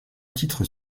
titres